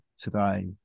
today